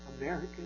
American